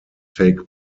take